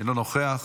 אינו נוכח,